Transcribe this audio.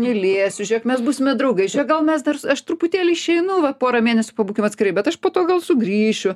mylėsiu žėk mes būsime draugai žėk gal mes dar aš truputėlį išeinu va pora mėnesių pabūki atskirai bet aš po to gal sugrįšiu